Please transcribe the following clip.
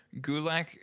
Gulak